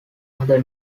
other